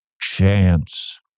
chance